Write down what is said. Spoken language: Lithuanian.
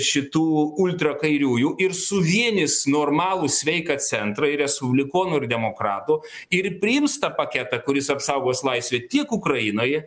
šitų ultrakairiųjų ir suvienys normalų sveiką centą respublikonų ir demokratų ir priims tą paketą kuris apsaugos laisvę tiek ukrainoje